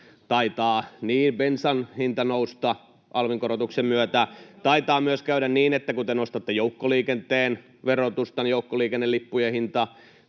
Kurvinen: Bensan hinta nousee!] taitaa myös käydä niin, että kun te nostatte joukkoliikenteen verotusta, niin joukkoliikennelippujen hinta